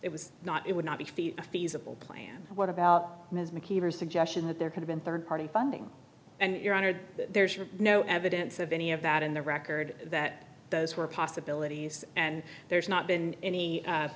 it was not it would not be feed a feasible plan what about mckeever suggestion that there could have been third party funding and your honored there's no evidence of any of that in the record that those were possibilities and there's not been any